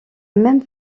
même